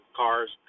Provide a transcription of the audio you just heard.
cars